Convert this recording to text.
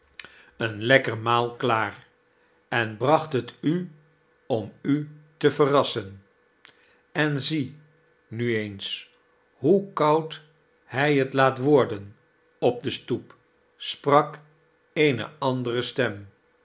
klaar eu bracht het u om u te verrassen en zie nu eeiis hoe koud hij het laat worden op de stoep sprak eene andere stem